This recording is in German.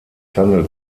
handelt